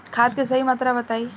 खाद के सही मात्रा बताई?